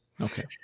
Okay